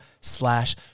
slash